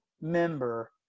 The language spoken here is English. member